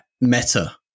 meta